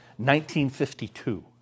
1952